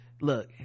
look